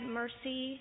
mercy